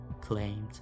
claimed